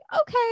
okay